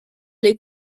les